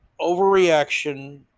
overreaction